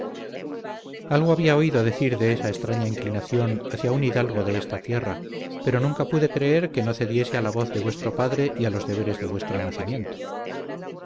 algo había oído decir de esa extraña inclinación hacia un hidalgo de esta tierra pero nunca pude creer que no cediese a la voz de vuestro padre y a los deberes de vuestro nacimiento